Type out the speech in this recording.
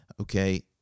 okay